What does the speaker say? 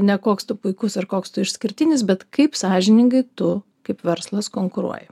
ne koks tu puikus ar koks tu išskirtinis bet kaip sąžiningai tu kaip verslas konkuruoja